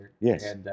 Yes